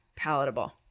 palatable